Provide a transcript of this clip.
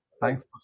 Thanks